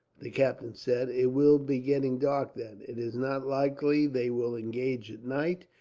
the captain said. it will be getting dark, then. it is not likely they will engage at night,